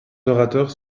orateurs